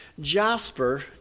Jasper